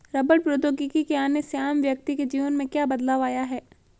रबड़ प्रौद्योगिकी के आने से आम व्यक्ति के जीवन में क्या बदलाव आया?